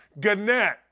Gannett